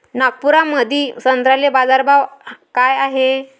नागपुरामंदी संत्र्याले बाजारभाव काय हाय?